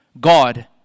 God